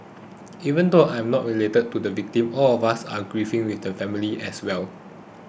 even though I am not related to the victims all of us are grieving with the families as well